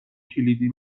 کلیدی